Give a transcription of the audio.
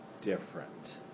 different